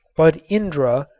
but indra,